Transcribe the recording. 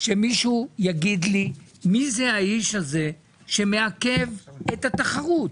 שמישהו יגיד לי מי האיש הזה שמעכב את התחרות.